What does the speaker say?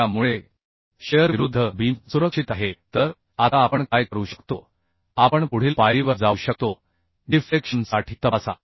त्यामुळे शिअर विरुद्ध बीम सुरक्षित आहे तर आता आपण काय करू शकतो आपण पुढील पायरीवर जाऊ शकतो डिफ्लेक्शन साठी तपासा